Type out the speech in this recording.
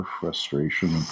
frustration